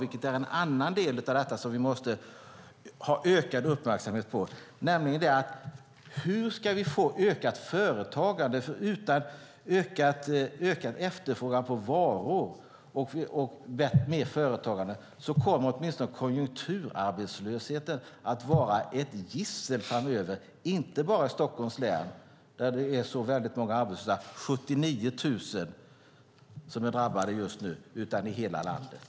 Det är en annan del av detta som vi måste ha ökad uppmärksamhet på. Hur ska vi få ett ökat företagande? Utan ökad efterfrågan på varor och mer företagande kommer åtminstone konjunkturarbetslösheten att vara ett gissel framöver, och inte bara i Stockholms län där det finns så många arbetslösa - det är 79 000 som är drabbade just nu - utan i hela landet.